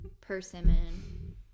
Persimmon